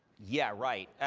yeah, right.